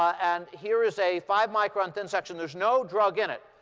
and here is a five micron thin section. there's no drug in it.